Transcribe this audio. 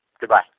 Goodbye